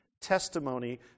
testimony